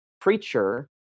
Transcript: preacher